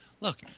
look